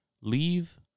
Leave